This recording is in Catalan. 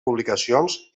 publicacions